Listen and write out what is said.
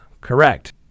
correct